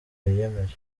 yiyemeje